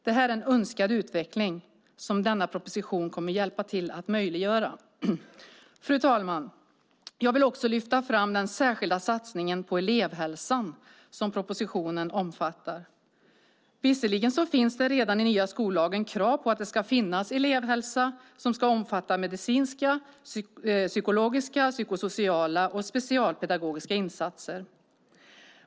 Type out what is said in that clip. Detta är en önskad utveckling som denna proposition kommer att hjälpa till att möjliggöra. Fru talman! Jag vill också lyfta fram den särskilda satsningen på elevhälsan som propositionen omfattar. Visserligen finns det redan i nya skollagen krav på att det ska finnas elevhälsa som ska omfatta medicinska, psykologiska, psykosociala och specialpedagogiska insatser.